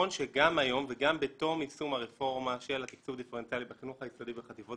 וגם בתום ישום הרפורמה של התקצוב הדיפרנציאלי בחינוך היסודי וחטיבות